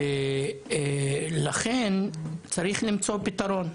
לכן צריך למצוא פתרון.